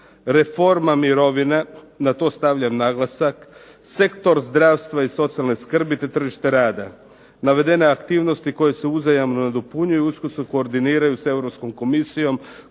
reforma mirovina" na to stavljam naglasak "sektor zdravstva i socijalne skrbi, te tržište rada. Navedene aktivnosti koje su uzajamno nadopunjuju i usko se koordiniraju sa Europskom komisijom